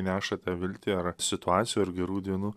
neša tą viltį ar situacijų ar gerų dienų